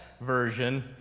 Version